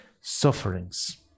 Sufferings